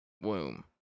womb